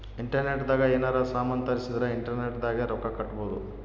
internet ದಾಗ ಯೆನಾರ ಸಾಮನ್ ತರ್ಸಿದರ ಇಂಟರ್ನೆಟ್ ದಾಗೆ ರೊಕ್ಕ ಕಟ್ಬೋದು